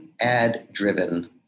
ad-driven